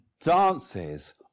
dances